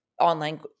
online